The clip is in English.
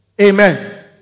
Amen